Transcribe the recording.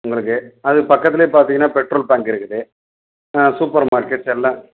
உங்களுக்கு அதுக்கு பக்கத்துலேயே பார்த்தீங்கன்னா பெட்ரோல் பங்க் இருக்குது சூப்பர் மார்க்கெட்ஸ் எல்லாம்